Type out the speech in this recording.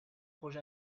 projet